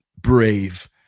brave